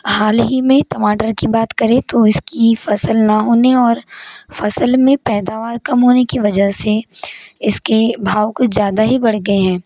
हाल ही में टमाटर की बात करें तो इसकी फ़सल ना होने और फ़सल में पैदावार कम होने की वजह से इसके भाव कुछ ज़्यादा ही बढ़ गए हैं